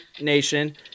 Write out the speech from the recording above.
nation